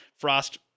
Frost